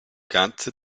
ganze